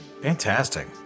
Fantastic